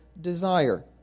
desire